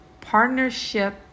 partnership